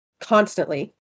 constantly